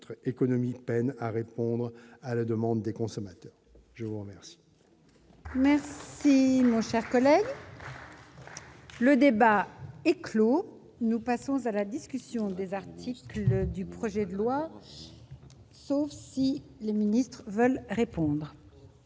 9 très économique peine à répondre à la demande des consommateurs, je vous remercie. Dimanche son en colère. Le débat est clos, nous passons à la discussion des articles du projet de loi, sauf si les ministres veulent répondre